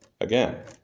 Again